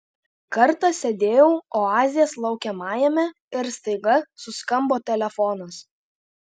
kartą sėdėjau oazės laukiamajame ir staiga suskambo telefonas